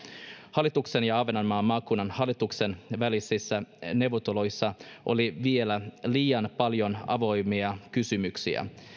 hallituksen ja ahvenanmaan maakunnan hallituksen välisissä neuvotteluissa oli vielä liian paljon avoimia kysymyksiä